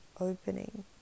opening